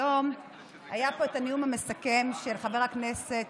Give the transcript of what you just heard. היום היה פה את הנאום המסכם של חבר הכנסת